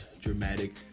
dramatic